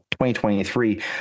2023